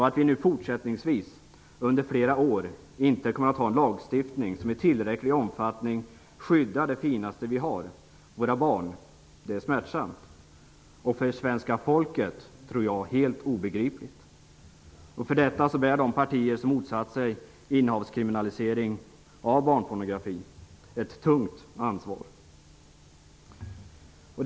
Att vi nu fortsättningsvis under flera år inte kommer att ha en lagstiftning som i tillräcklig omfattning skyddar det finaste vi har, våra barn, är smärtsamt. Jag tror att det är helt obegripligt för svenska folket. De partier som motsätter sig en kriminalisering av innehav av barnpornografi bär ett tungt ansvar för detta.